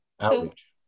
outreach